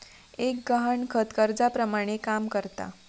एक गहाणखत कर्जाप्रमाणे काम करता